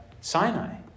Sinai